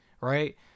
right